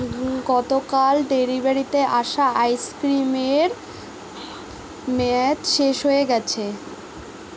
গতকাল ডেলিভারিতে আসা আইসক্রিমের মেয়াদ শেষ হয়ে গেছে